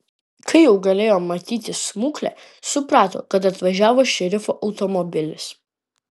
kai jau galėjo matyti smuklę suprato kad atvažiavo šerifo automobilis